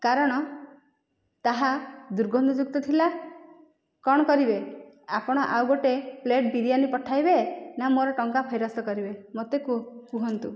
କାରଣ ତାହା ଦୁର୍ଗନ୍ଧଯୁକ୍ତ ଥିଲା କ'ଣ କରିବେ ଆପଣ ଆଉ ଗୋଟିଏ ପ୍ଲେଟ ବିରିୟାନୀ ପଠାଇବେ ନା ମୋର ଟଙ୍କା ଫେରସ୍ତ କରିବେ ମୋତେ କୁହନ୍ତୁ